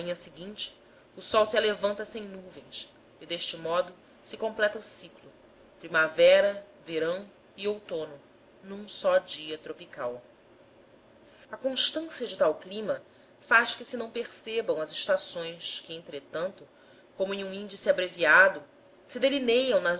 manhã seguinte o sol se alevanta sem nuvens e deste modo se completa o ciclo primavera verão e outono num só dia tropical constância de tal clima faz que se não percebam as estações que entretanto como em um índice abreviado se delineiam nas